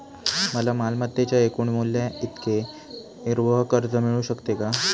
मला मालमत्तेच्या एकूण मूल्याइतके गृहकर्ज मिळू शकेल का?